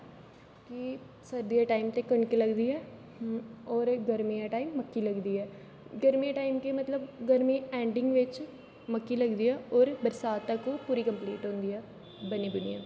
कि सर्दी दे टाइम ते कनक लगदी ऐ और गर्मी दे टाइम मक्की लगदी ऐ गर्मी दे टाइम के मतलब गर्मी दी एडिंग बिच मक्की लगदी ऐ और बरसात तक पूरी कम्पलीट होंदी ऐ बनी बनी ऐ